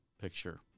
picture